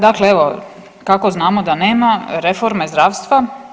Dakle, evo, kako znamo da nema reforme zdravstva?